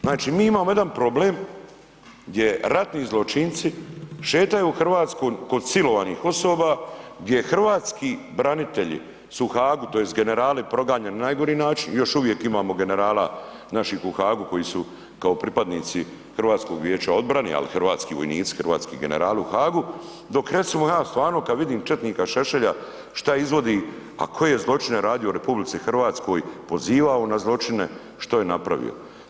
Znači mi imamo jedan problem gdje ratni zločinci šetaju Hrvatskom kod silovanih osoba, gdje hrvatski branitelji su u Haagu tj. generali proganjani na najgori način, još uvijek imamo generala napih u Haagu koji su kao pripadnici HVO-a ali hrvatski vojnici, hrvatski generali u Haagu, dok recimo nas stvarno kad vidim četnika Šešelja šta izvodi a koje zločine je radio u RH, pozivao na zločine, što je napravio.